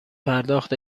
پرداخت